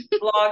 blog